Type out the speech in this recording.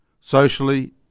socially